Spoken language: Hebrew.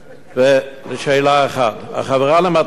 1. החברה למתנ"סים,